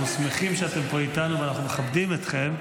אנחנו שמחים שאתם פה איתנו ואנחנו מכבדים אתכם.